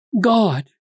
God